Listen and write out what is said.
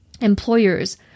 employers